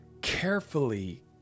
carefully